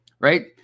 right